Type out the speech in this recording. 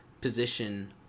position